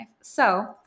So-